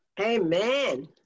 Amen